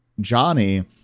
Johnny